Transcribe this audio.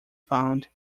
found